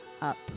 up